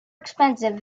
expensive